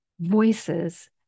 voices